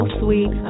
sweet